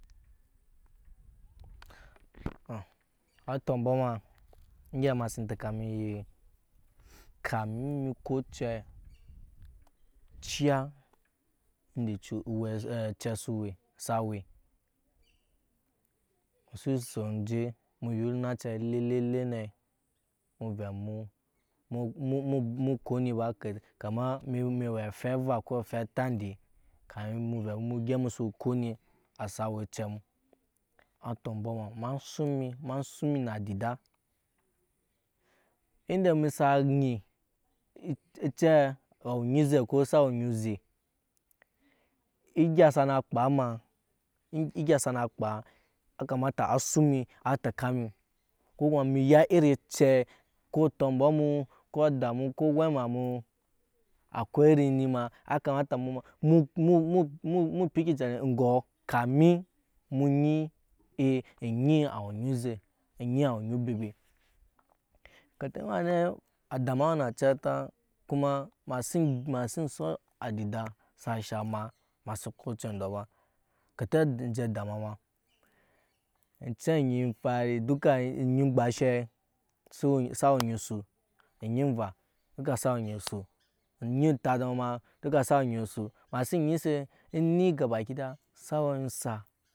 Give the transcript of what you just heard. atɔmbɔ ma egya ema sin teka emi iye kamin mi ko ocɛ ciya enda ejut ocɛ si we musu sun je jej ya oncɛ de le ne nu vɛ emu ko ni ba kama emi we afɛ ava ko atat ende kamin mu vɛ emu gyɛp musu ko asa we acɛ mu atɔmbɔ ama suŋ mi ema suŋ mi na adida ende emi sa nyi ocɛɛ awe onyi oze ko sa we onnyi egya sa na kpaa ma egya sa na kpaa okamata asu emi a teka mi ko kuwa emi ya iri ocɛ ko tɔmbɔ mu ko ada mu ko owe ema mu a ko ada mu ko owɛ aema mu a ko iri ni ma a kamata emu ma mu pickin ŋgɔɔ kamin mu nyi ee onyi a we anyi oze onyi awe onyi ebebe kete ema ne ada ma a we na acɛ atat kuma ema si suŋ adida sa shaŋ ema ma si ko acɛ ndɔ ba kete enje ada ma ba ocɛ onyi emparie duka nu onyi emgba enshee sa we onyi su onyi enva duka sa we onyi su onyi entats ma duuka sai we onyi su ema si nyi se eni gabakida.